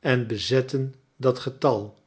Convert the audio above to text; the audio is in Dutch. en bezetten dat getal